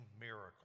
miracle